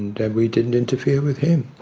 and and we didn't interfere with him.